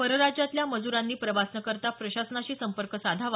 परराज्यातल्या मज्रांनी प्रवास न करता प्रशासनाशी संपर्क साधावा